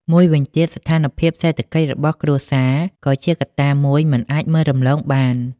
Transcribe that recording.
មួយវិញទៀត ស្ថានភាពសេដ្ឋកិច្ចរបស់គ្រួសារក៏ជាកត្តាមួយមិនអាចមើលរំលងបាន។